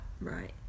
right